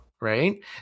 Right